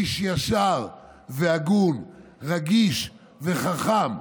איש ישר והגון, רגיש וחכם.